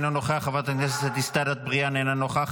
אינו נוכח,